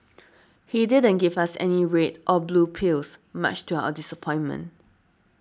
he didn't give us any red or blue pills much to our disappointment